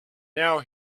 now